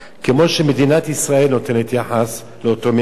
כמו שמדינת ישראל נותנת יחס לאותו מיעוט.